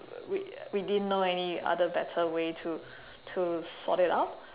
we we didn't know any other better way to to sort it out